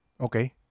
Okay